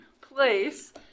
place